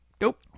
nope